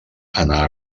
anar